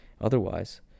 otherwise